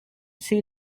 see